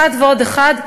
אחד ועוד אחד,